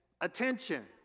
attention